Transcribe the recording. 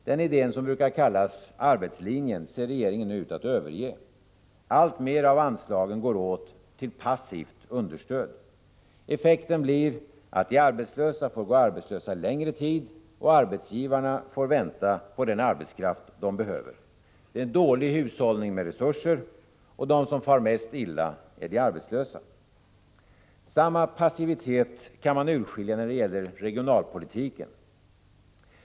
Den idén, som brukar kallas arbetslinjen, ser regeringen ut att nu överge. Alltmer av anslagen går åt till passivt understöd. Effekten blir att de arbetslösa får gå arbetslösa längre tid, och arbetsgivarna får vänta på den arbetskraft de behöver. Det är dålig hushållning med resurser, och de som far mest illa är de arbetslösa. Samma passivitet kan man urskilja när det gäller regionalpolitiken.